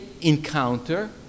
encounter